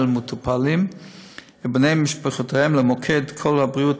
מטופלים ובני משפחותיהם למוקד "קול הבריאות"